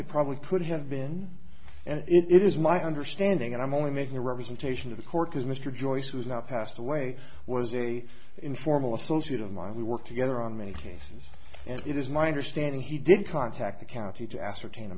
it probably put have been and it is my understanding and i'm only making a representation of the court as mr joyce was not passed away was a informal associate of mine we work together on many cases and it is my understanding he did contact the county to ascertain